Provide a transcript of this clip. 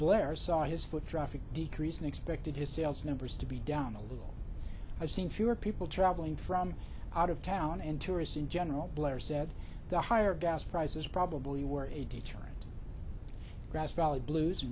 blair saw his foot traffic decrease and expected his sales numbers to be down a little i've seen fewer people traveling from out of town and tourists in general blair said the higher gas prices probably were a deterrent grass valley blues